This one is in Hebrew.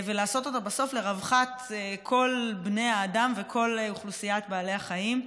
ולעשות אותה בסוף לרווחת כל בני האדם וכל אוכלוסיית בעלי החיים,